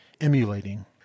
emulating